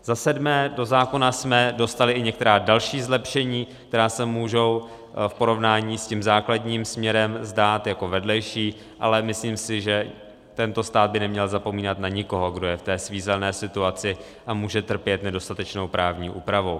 Za sedmé, do zákona jsme dostali i některá další zlepšení, která se můžou v porovnání s tím základním směrem zdát jako vedlejší, ale myslím si, že tento stát by neměl zapomínat na nikoho, kdo je ve svízelné situaci a může trpět nedostatečnou právní úpravou.